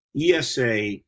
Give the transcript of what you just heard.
ESA